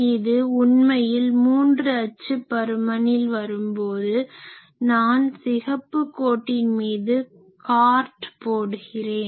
இது உண்மையில் மூன்று அச்சு பருமனில் வரும்போது நான் சிகப்பு கோட்டின் மீது கார்ட் போடுகிறேன்